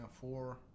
four